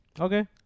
Okay